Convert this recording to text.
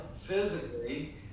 physically